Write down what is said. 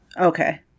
Okay